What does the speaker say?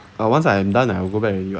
but once I am done I will go back already [what]